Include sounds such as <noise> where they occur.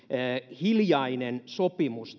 hiljainen sopimus <unintelligible>